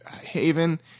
Haven